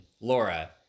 Laura